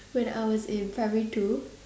when I was in primary two